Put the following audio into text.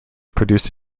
produced